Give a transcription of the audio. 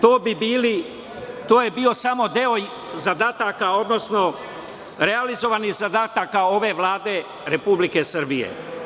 To je bio samo deo zadataka, odnosno realizovanih zadataka ove Vlade Republike Srbije.